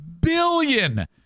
billion